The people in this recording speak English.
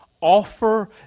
offer